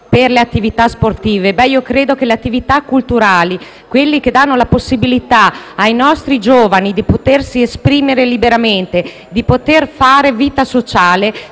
per le attività sportive. Ebbene, credo che le attività culturali, quelle che danno la possibilità ai nostri giovani di esprimersi liberamente e di fare vita sociale,